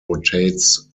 rotates